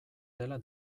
dela